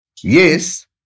Yes